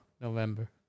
November